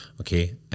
okay